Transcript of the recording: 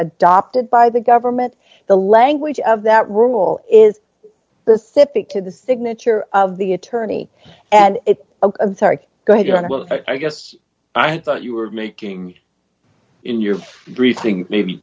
adopted by the government the language of that rule is the sipek to the signature of the attorney and it's a very good and well i guess i thought you were making in your briefing maybe